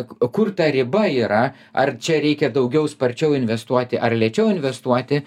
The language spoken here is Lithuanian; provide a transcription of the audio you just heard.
kur ta riba yra ar čia reikia daugiau sparčiau investuoti ar lėčiau investuoti